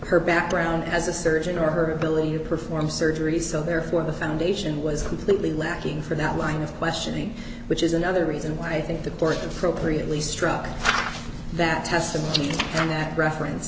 her background as a surgeon or her ability to perform surgery so therefore the foundation was completely lacking for that line of questioning which is another reason why i think the birth appropriately struck that test and that reference